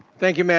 thank you mme. and